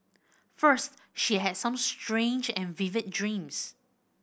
first she had some strange and vivid dreams